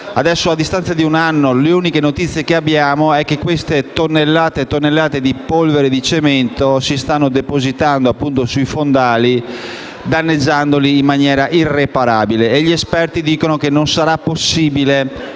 A distanza di un anno le uniche notizie che abbiamo è che queste tonnellate e tonnellate di polvere di cemento si stanno depositando sui fondali danneggiandoli in maniera irreparabile e gli esperti dicono che non sarà possibile